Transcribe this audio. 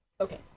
Okay